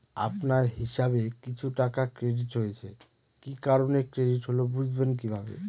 আপনার হিসাব এ কিছু টাকা ক্রেডিট হয়েছে কি কারণে ক্রেডিট হল বুঝবেন কিভাবে?